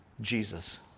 Jesus